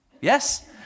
Yes